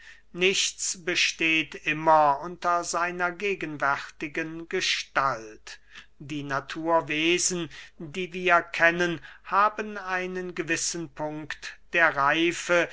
nichts besteht immer unter seiner gegenwärtigen gestalt alle naturwesen die wir kennen haben einen gewissen punkt der reife